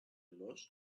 loss